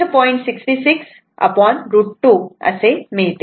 66√ 2 असे मिळते